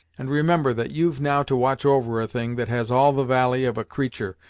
and remember that you've now to watch over a thing that has all the valie of a creatur',